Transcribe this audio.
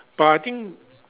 but I think